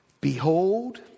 behold